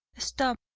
stop,